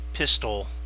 pistol